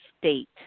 state